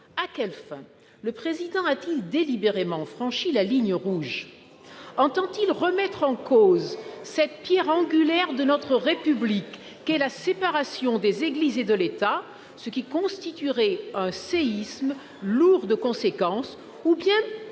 à quelle fin le Président de la République a-t-il délibérément franchi la ligne rouge ? Entend-il remettre en cause cette pierre angulaire de notre République qu'est la séparation des Églises et de l'État, ce qui constituerait un séisme lourd de conséquences, ou bien,